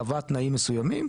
קבעה תנאים מסוימים,